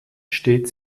steht